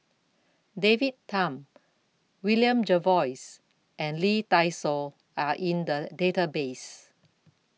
David Tham William Jervois and Lee Dai Soh Are in The Database